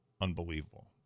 unbelievable